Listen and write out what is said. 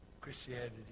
Christianity